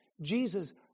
Jesus